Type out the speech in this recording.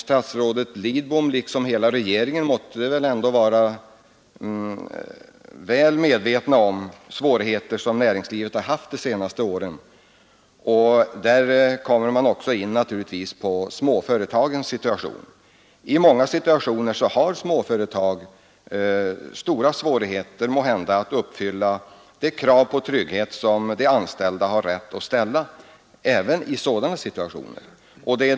Statsrådet Lidbom liksom hela regeringen måtte väl ändå vara väl medveten om de svårigheter som näringslivet har haft de senaste åren. Småföretagen har naturligtvis i många situationer svårigheter att uppfylla de krav på trygghet som de anställda har rätt att ställa.